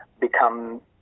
become